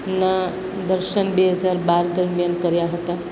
ના દર્શન બે હજાર બાર દરમ્યાન કર્યા હતા